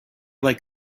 like